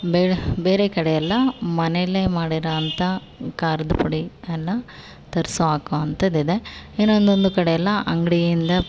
ಬೇರೆ ಬೇರೆ ಕಡೆ ಎಲ್ಲ ಮನೇಯಲ್ಲೇ ಮಾಡಿರೊ ಅಂಥ ಖಾರದ ಪುಡಿ ಅನ್ನು ತರ್ಸಿ ಹಾಕೋವಂಥದಿದೆ ಇನ್ನು ಒಂದೊಂದು ಕಡೆ ಎಲ್ಲ ಅಂಗಡಿಯಿಂದ